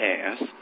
ass